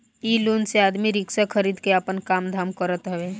इ लोन से आदमी रिक्शा खरीद के आपन काम धाम करत हवे